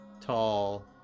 tall